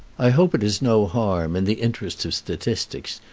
i hope it is no harm, in the interest of statistics,